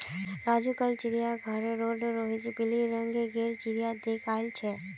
राजू कल चिड़ियाघर रोड रोहित पिली रंग गेर चिरया देख याईल छे